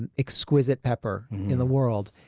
and exquisite pepper in the world,